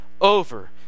over